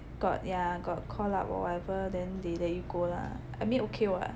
got yah got call up or whatever then they let you go lah I mean okay [what]